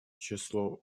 число